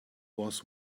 was